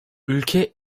ülke